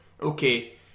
okay